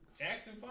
Jackson